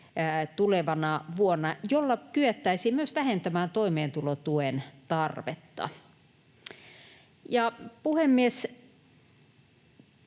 tasokorotusta, jolla kyettäisiin myös vähentämään toimeentulotuen tarvetta. Puhemies!